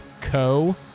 co